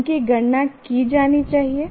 उनकी गणना की जानी चाहिए